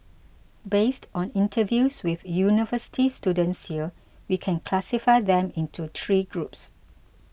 based on interviews with university students here we can classify them into three groups